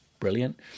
brilliant